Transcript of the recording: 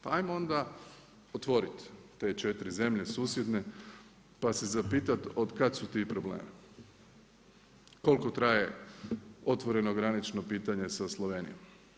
Pa ajmo onda otvoriti te 4 zemlje susjedne pa se zapitati otkada su ti problemi, koliko traje otvoreno granično pitanje sa Slovenijom.